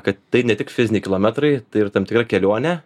kad tai ne tik fiziniai kilometrai tai yra tam tikra kelionė